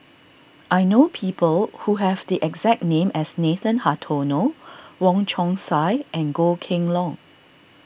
I know people who have the exact name as Nathan Hartono Wong Chong Sai and Goh Kheng Long